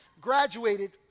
graduated